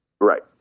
Right